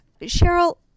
Cheryl